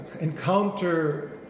encounter